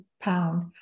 pound